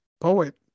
poet